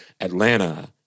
Atlanta